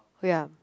yeah